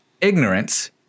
ignorance